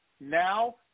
Now